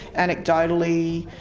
anecdotally,